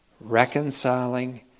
reconciling